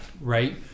right